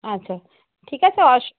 আচ্ছা ঠিক আছে